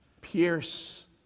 pierce